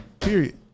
period